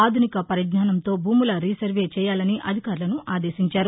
ఆధునిక పరిజ్ఞానంతో భూముల రీసర్వే చెయ్యాలని అధికారులను ఆదేశించారు